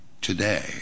today